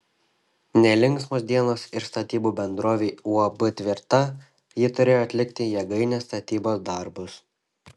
nelinksmos dienos ir statybų bendrovei uab tvirta ji turėjo atlikti jėgainės statybos darbus